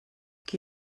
qui